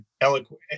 eloquent